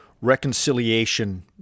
reconciliation